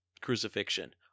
crucifixion